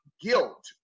guilt